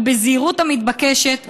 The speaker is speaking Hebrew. ובזהירות המתבקשת,